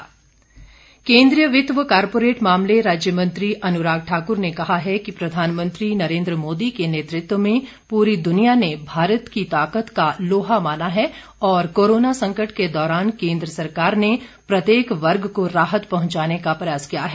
अनुराग ठाकुर केंद्रीय वित्त व कोरपोरेट मामले राज्य मंत्री अनुराग ठाकुर ने कहा है कि प्रधानमंत्री नरेंद्र मोदी के नेतृत्व में पूरी दुनिया ने भारत की ताकत का लोहा माना है और कोरोना संकट के दौरान केंद्र सरकार ने प्रत्येक वर्ग को राहत पहुंचाने का प्रयास किया है